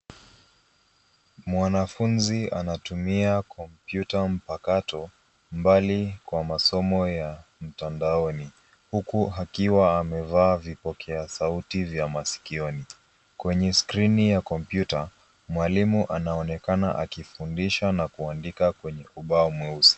Mwanafunzi anatumia kompyuta mpakato, mbali kwa masomo ya mtandaoni huku akiwa amevaa vipokea sauti vya masikioni. Kwenye skrini ya kompyuta, mwalimu anaonekana akifundisha na kuandika kwenye ubao mweusi.